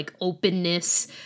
openness